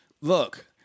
look